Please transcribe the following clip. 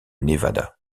nevada